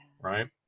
right